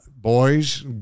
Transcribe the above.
boys